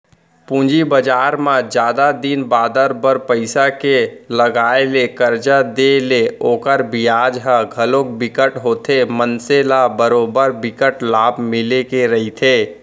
पूंजी बजार म जादा दिन बादर बर पइसा के लगाय ले करजा देय ले ओखर बियाज ह घलोक बिकट होथे मनसे ल बरोबर बिकट लाभ मिले के रहिथे